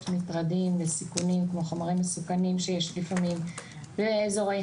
מטרדים וסיכונים כמו חומרים מסוכנים שיש לפעמים באיזורי